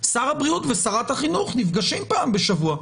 שר הבריאות ושרת החינוך נפגשים פעם בשבוע.